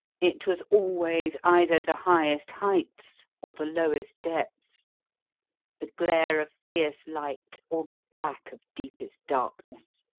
it was always either the highest heights or the lowest depths the glare of fierce light or the black of deepest darkness.